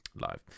live